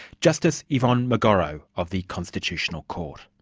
justice yvonne mokgoro of the constitutional court.